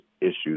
issues